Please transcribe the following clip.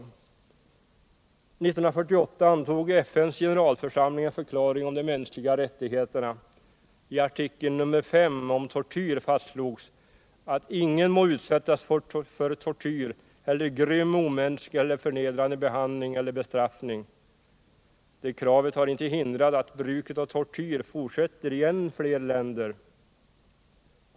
År 1948 antog FN:s generalförsamling en förklaring om de mänskliga rättigheterna. I artikel 5 om tortyr fastslogs: ”Ingen må utsättas för tortyr eller grym, omänsklig eller förnedrande behandling eller bestraffning.” Det kravet har inte hindrat att bruket av tortyr fortsätter i än fler länder.